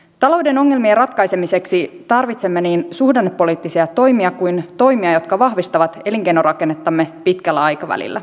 talouden ongelmien ratkaisemiseksi tarvitsemme niin suhdannepoliittisia toimia kuin myös toimia jotka vahvistavat elinkeinorakennettamme pitkällä aikavälillä